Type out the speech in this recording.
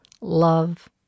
love